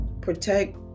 Protect